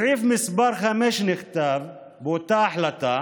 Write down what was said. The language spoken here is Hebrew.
בסעיף מס' 5 באותה החלטה